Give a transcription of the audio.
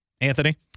Anthony